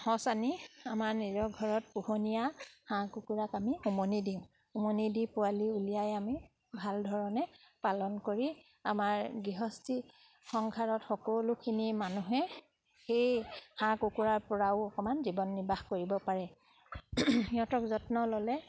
সঁচ আনি আমাৰ নিজৰ ঘৰত পোহনীয়া হাঁহ কুকুৰাক আমি উমনি দিওঁ উমনি দি পোৱালি উলিয়াই আমি ভালধৰণে পালন কৰি আমাৰ গৃহস্থী সংসাৰত সকলোখিনি মানুহে সেই হাঁহ কুকুৰাৰপৰাও অকণমান জীৱন নিৰ্বাহ কৰিব পাৰে সিহঁতক যত্ন ল'লে